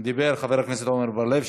דיבר חבר הכנסת עמר בר-לב?